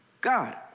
God